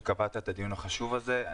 שקבעת את הדיון החשוב הזה.